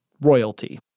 royalty